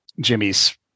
jimmy's